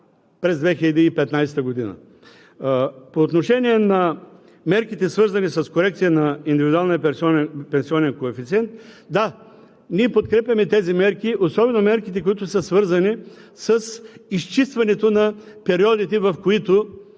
през 2015 г. По отношение на мерките, свързани с корекция на индивидуалния пенсионен коефициент, да, ние подкрепяме тези мерки, особено мерките, които са свързани с изчистването на периодите, в които